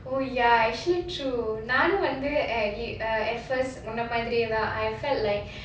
oh ya actually true நானும் வந்து:naanum vandhu at first முன்னமாதிரிதான்:munnamaathiridhan I felt like